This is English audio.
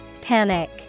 Panic